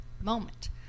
moment